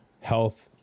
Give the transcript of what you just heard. health